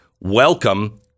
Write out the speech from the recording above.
Welcome